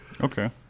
Okay